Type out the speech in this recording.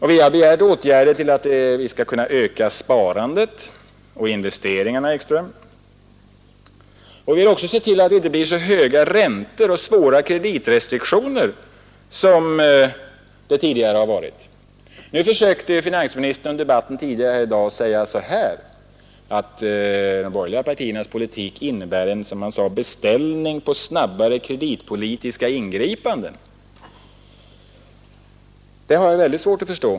Vi har begärt åtgärder för att kunna öka sparandet och investeringarna, herr Ekström, och vi vill också se till att det inte blir så höga räntor och svåra kreditrestriktioner som det tidigare har varit. Finansministern försökte tidigare här i dag säga att de borgerliga partiernas politik innebär en beställning på snabbare kreditpolitiska ingripanden. Det har jag väldigt svårt att förstå.